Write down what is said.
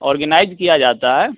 organise किया जाता है